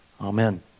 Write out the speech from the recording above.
Amen